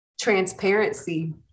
transparency